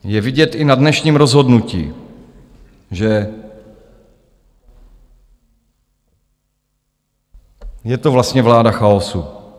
Je vidět i na dnešním rozhodnutí, že je to vlastně vláda chaosu.